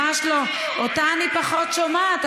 אותה אני פחות שומעת.